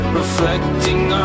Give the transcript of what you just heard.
reflecting